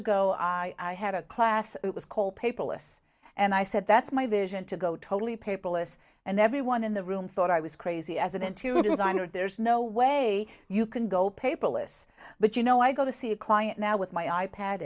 ago i had a class it was called paperless and i said that's my vision to go totally paperless and everyone in the room thought i was crazy as an interior designer there's no way you can go paperless but you know i go to see a client now with my i pad